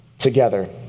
together